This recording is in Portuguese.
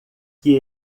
que